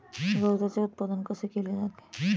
गवताचे उत्पादन कसे केले जाते?